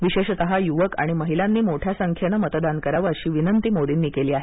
विशेषतः युवक आणि महिलांनी मोठ्या संख्येनं मतदान करावं अशी विनंती मोदींनी केली आहे